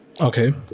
Okay